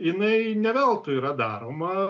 jinai ne veltui yra daroma